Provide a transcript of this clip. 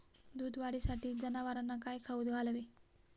दूध वाढीसाठी जनावरांना काय खाऊ घालावे?